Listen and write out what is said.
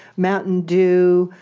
mountain dew,